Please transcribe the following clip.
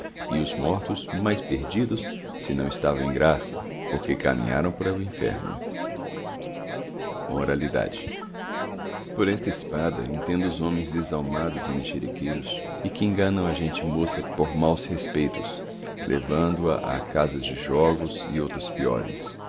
e os mártos mais perdidos se naõ cstavaõ em graça porque caminharão para o inferno moralidade por esta espada entendo os homens desalmados e mexeriqueiras e que enganaô a gente moça por maus respeitos levando-a a casa de jogos e outras piores